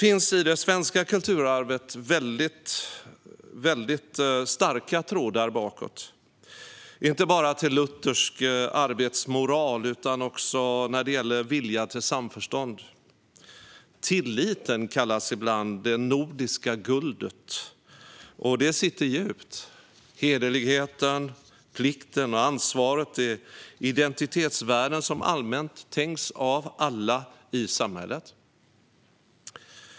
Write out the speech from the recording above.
I det svenska kulturarvet finns det starka trådar bakåt, inte bara till luthersk arbetsmoral utan också till vilja till samförstånd. Tilliten kallas ibland det nordiska guldet, och det sitter djupt. Hederlighet, plikt och ansvar är identitetsvärden hos alla i samhället.